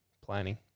planning